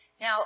Now